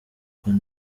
côte